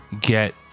get